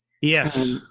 yes